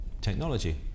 technology